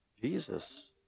Jesus